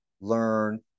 learn